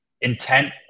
intent